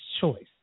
choice